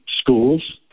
schools